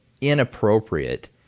inappropriate